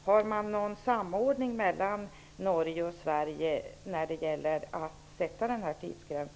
Har man någon samordning mellan Norge och Sverige när det gäller att fastställa denna tidsgräns?